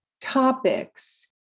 topics